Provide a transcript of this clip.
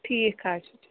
ٹھیٖک حظ چھُ